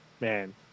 Man